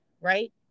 right